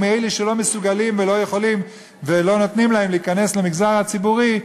או אלה שלא מסוגלים ולא יכולים ולא נותנים להם להיכנס למגזר הציבורי,